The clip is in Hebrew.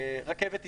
רכבת ישראל.